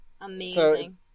Amazing